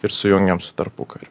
ir sujungiam su tarpukariu